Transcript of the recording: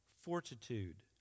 fortitude